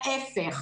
ההיפך,